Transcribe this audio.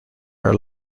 are